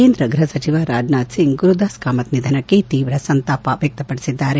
ಕೇಂದ್ರ ಗೃಹ ಸಚಿವ ರಾಜನಾಥ್ ಸಿಂಗ್ ಗುರುದಾಸ್ ಕಾಮತ್ ನಿಧನಕ್ಕೆ ತೀವ್ರ ಸಂತಾಪ ವ್ಯಕ್ತಪಡಿಸಿದ್ದಾರೆ